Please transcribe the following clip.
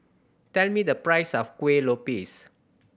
tell me the price of Kueh Lopes